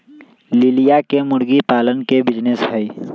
लिलिया के मुर्गी पालन के बिजीनेस हई